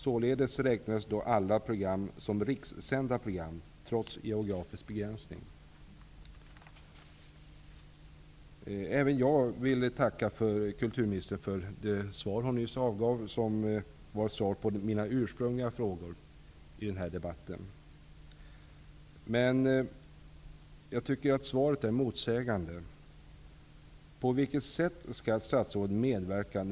Således räknas alla program som rikssända program, trots geografisk begränsning. Även jag vill tacka kulturministern för det svar som hon nyss avgivit. Därmed har mina ursprungliga frågor i den här debatten besvarats. Men jag tycker att svaret är motsägande. På vilket sätt skall statsrådet medverka?